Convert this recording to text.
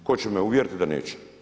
Tko će me uvjeriti da neće?